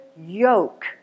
yoke